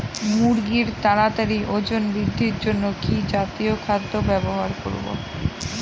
মুরগীর তাড়াতাড়ি ওজন বৃদ্ধির জন্য কি জাতীয় খাদ্য ব্যবহার করব?